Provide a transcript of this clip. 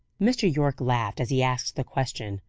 mr. yorke laughed as he asked the question.